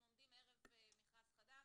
אנחנו עומדים ערב מכרז חדש,